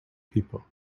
people